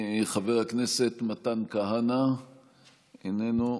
חבר הכנסת מתן כהנא, איננו.